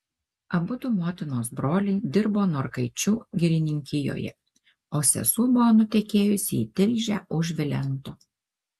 abudu motinos broliai dirbo norkaičių girininkijoje o sesuo buvo nutekėjusi į tilžę už vilento